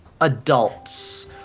adults